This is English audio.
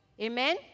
Amen